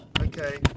Okay